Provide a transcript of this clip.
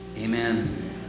Amen